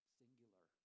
singular